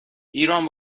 ایران